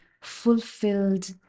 fulfilled